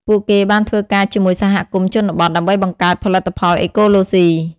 ពួកគេបានធ្វើការជាមួយសហគមន៍ជនបទ ដើម្បីបង្កើតផលិតផលអេកូឡូសុី។